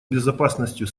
безопасностью